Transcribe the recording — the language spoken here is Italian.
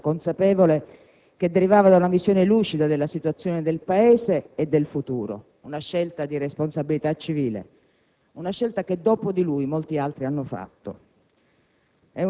era una scelta consapevole che derivava da una visione lucida della situazione del Paese e del futuro; era una scelta di responsabilità civile, una scelta che, dopo di lui, molti altri hanno fatto.